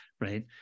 Right